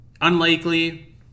Unlikely